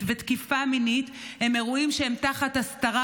ותקיפה מינית הם אירועים שהם תחת הסתרה,